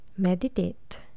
Meditate